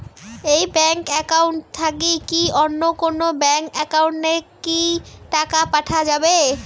এই bank account থাকি কি অন্য কোনো ব্যাংক একাউন্ট এ কি টাকা পাঠা যাবে?